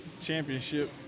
Championship